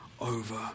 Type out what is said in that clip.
over